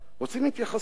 רוצים התייחסות.